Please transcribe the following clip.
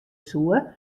soe